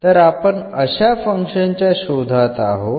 तर आपण अशा फंक्शन च्या शोधात आहोत